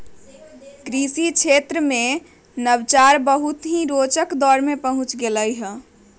कृषि क्षेत्रवा में नवाचार बहुत ही रोचक दौर में पहुंच गैले है